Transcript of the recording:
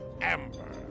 Amber